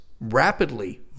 rapidly